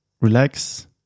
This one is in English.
relax